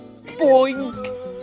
Boink